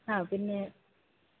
ആ പിന്നെ